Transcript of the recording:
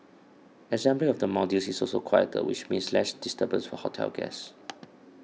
assembly of the modules is also quieter which means less disturbance for hotel guests